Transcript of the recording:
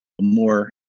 more